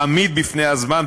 עמיד בפני הזמן,